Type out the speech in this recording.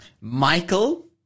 Michael